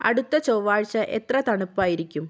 അടുത്ത ചൊവ്വാഴ്ച എത്ര തണുപ്പായിരിക്കും